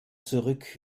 zurück